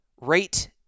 rate